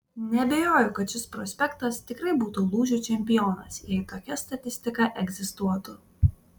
neabejoju kad šis prospektas tikrai būtų lūžių čempionas jei tokia statistika egzistuotų